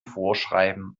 vorschreiben